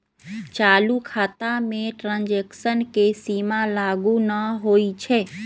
चालू खता में ट्रांजैक्शन के सीमा लागू न होइ छै